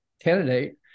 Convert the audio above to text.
candidate